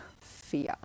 fear